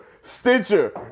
Stitcher